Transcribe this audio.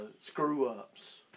screw-ups